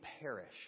perish